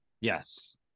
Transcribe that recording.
yes